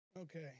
Okay